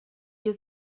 ihr